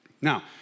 Now